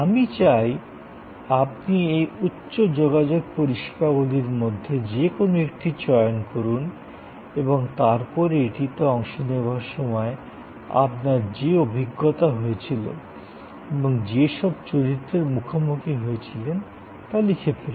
আমি চাই আপনি এই উচ্চ যোগাযোগ পরিষেবাগুলির মধ্যে যে কোনও একটি চয়ন করুন এবং তারপরে এটিতে অংশ নেওয়ার সময় আপনার যে অভিজ্ঞতা হয়েছিল এবং যে সব চরিত্রের মুখোমুখি হয়েছিলেন তা লিখে ফেলুন